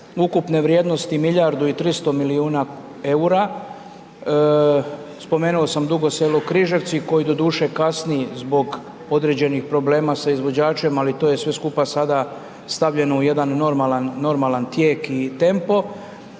ukupne vrijednosti milijardu i 300 milijuna eura. Spomenuo sam Dugo Selo-Križevci koji doduše kasni zbog određenih problema sa izvođačem ali to je sve skupa sada stavljeno u jedan normalan tijek i tempo.